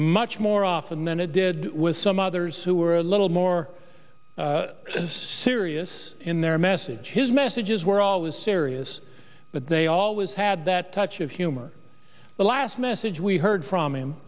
much more often than it did with some others who were a little more serious in their message his messages were always serious but they always had that touch of humor the last message we heard from him